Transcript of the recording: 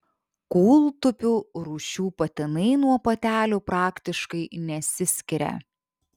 kūltupių rūšių patinai nuo patelių praktiškai nesiskiria